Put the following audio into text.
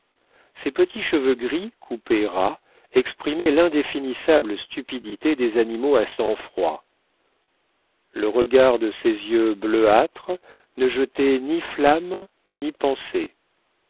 ses petits cheveux gris coupés ras exprimaient l'indéfinissable stupidité des animaux à sang froid le regard de ses yeux bleuâtres ne jetait ni flamme ni pensée